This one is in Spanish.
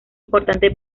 importante